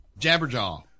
Jabberjaw